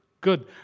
Good